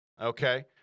okay